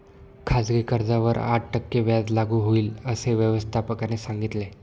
खाजगी कर्जावर आठ टक्के व्याज लागू होईल, असे व्यवस्थापकाने सांगितले